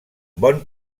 bon